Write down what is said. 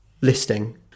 listing